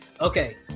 Okay